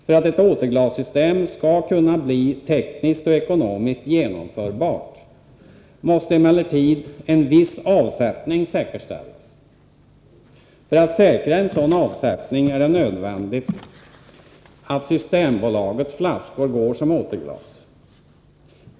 För att ett återglassystem skall kunna bli tekniskt och ekonomiskt genomförbart måste emellertid en viss avsättning säkerställas. För att säkra en sådan avsättning är det nödvändigt att Systembolagets flaskor går som återglas.